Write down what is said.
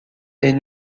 est